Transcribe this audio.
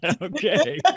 Okay